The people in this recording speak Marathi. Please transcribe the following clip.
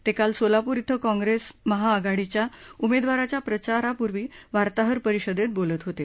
ते काल सोलापूर इथं काँग्रेस महाआघाडीच्या उमेदवाराच्या प्रचारापूर्वी वार्ताहर परिषदेत बोलत होते